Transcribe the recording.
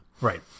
Right